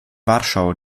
warschau